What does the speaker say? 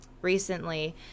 recently